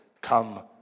Come